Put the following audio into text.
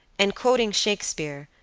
and quoting shakespeare,